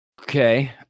Okay